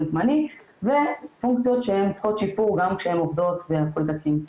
זמני ופונקציות שצריכות שיפור גם כשהן עובדות והכל תקין.